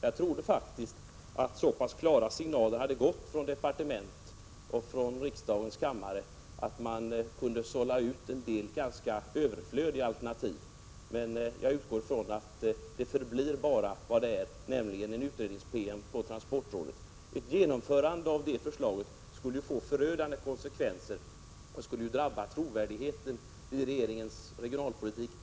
Jag trodde faktiskt att så pass klara signaler hade gått utfrån departement och riksdagens kammare att man kunde sålla ut en del ganska överflödiga alternativ. Men jag utgår ifrån att det bara förblir vad det är, nämligen en utredningspromemoria i transportrådet. Ett genomförande av förslaget skulle få förödande konsekvenser och än mer minska trovärdigheten i regeringens regionalpolitik.